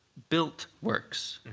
built works,